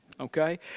Okay